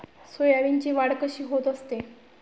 सोयाबीनची वाढ कशी होत असते?